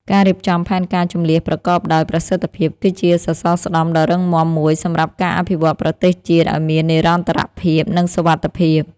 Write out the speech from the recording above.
ការរៀបចំផែនការជម្លៀសប្រកបដោយប្រសិទ្ធភាព គឺជាសសរស្តម្ភដ៏រឹងមាំមួយសម្រាប់ការអភិវឌ្ឍប្រទេសជាតិឱ្យមាននិរន្តរភាព និងសុវត្ថិភាព។